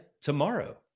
tomorrow